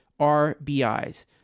RBIs